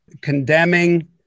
condemning